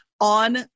on